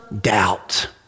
doubt